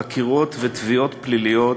חקירות ותביעות פליליות,